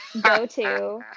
go-to